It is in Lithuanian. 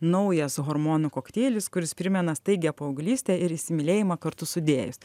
naujas hormonų kokteilis kuris primena staigią paauglystę ir įsimylėjimą kartu sudėjus